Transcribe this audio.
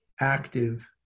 active